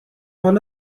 حالا